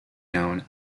known